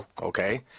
okay